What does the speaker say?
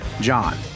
John